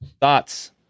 Thoughts